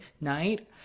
night